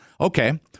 Okay